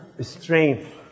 strength